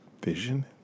Vision